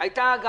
הצבענו